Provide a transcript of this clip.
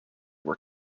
were